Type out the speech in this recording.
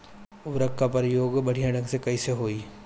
उर्वरक क प्रयोग बढ़िया ढंग से कईसे होई?